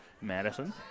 Madison